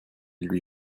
lui